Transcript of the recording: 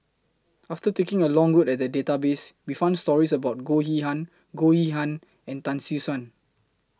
after taking A Long Look At The Database We found stories about Goh Goh Yihan and Tan Siew Sin